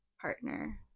partner